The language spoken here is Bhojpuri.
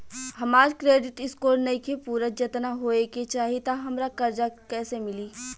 हमार क्रेडिट स्कोर नईखे पूरत जेतना होए के चाही त हमरा कर्जा कैसे मिली?